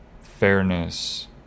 fairness